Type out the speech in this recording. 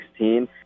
2016